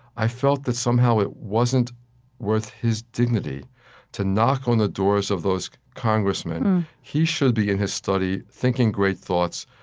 i felt that, somehow, it wasn't worth his dignity to knock on the doors of those congressmen. he should be in his study thinking great thoughts,